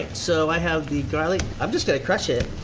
so i have the garlic. i'm just gonna crush it.